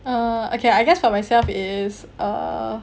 uh okay I guess for myself is err